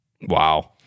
Wow